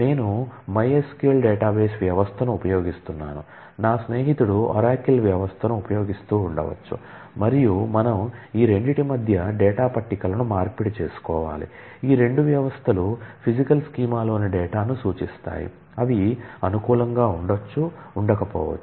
నేను mysql database వ్యవస్థను ఉపయోగిస్తున్నాను నా స్నేహితుడు ఒరాకిల్ వ్యవస్థను ఉపయోగిస్తూ ఉండవచ్చు మరియు మనం ఈ రెండింటి మధ్య డేటా పట్టికలను మార్పిడి చేసుకోవాలి ఈ రెండు వ్యవస్థలు ఫిజికల్ స్కీమ లోని డేటాను సూచిస్తాయి అవి అనుకూలంగా ఉండొచ్చు ఉండకపోవచ్చు